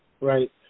right